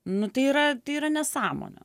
nu tai yra tai yra nesąmonė